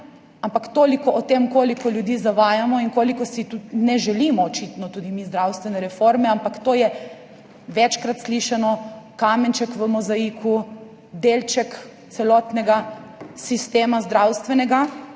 Ampak toliko o tem, koliko ljudi zavajamo in koliko si ne želimo, očitno, tudi mi zdravstvene reforme, ampak to je, večkrat slišano, kamenček v mozaiku, delček celotnega zdravstvenega